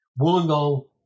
Wollongong